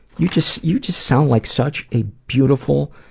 you just, you just sound like such a beautiful,